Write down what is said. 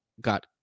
got